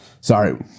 Sorry